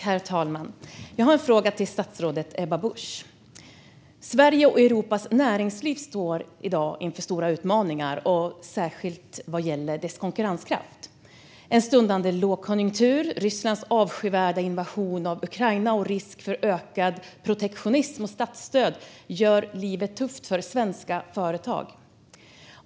Herr talman! Jag har en fråga till statsrådet Ebba Busch. Sveriges och Europas näringsliv står i dag inför stora utmaningar särskilt vad gäller konkurrenskraft. En stundande lågkonjunktur, Rysslands avskyvärda invasion av Ukraina och risk för ökad protektionism och statsstöd gör livet tufft för svenska företag.